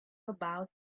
about